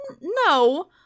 No